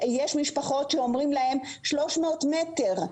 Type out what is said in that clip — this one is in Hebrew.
יש משפחות שאומרים להן: 300 מטר,